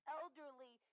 elderly